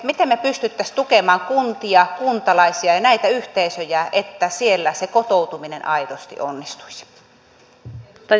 miten me pystyisimme tukemaan kuntia kuntalaisia ja näitä yhteisöjä että siellä se kotoutuminen aidosti onnistuisi